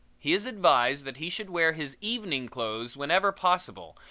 he is advised that he should wear his evening clothes whenever possible,